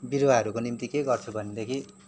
बिरुवाहरूको निम्ति के गर्छु भनेदेखि